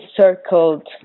circled